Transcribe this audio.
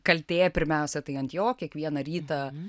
kaltė pirmiausia tai ant jo kiekvieną rytą